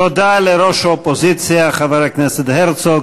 תודה לראש האופוזיציה חבר הכנסת הרצוג.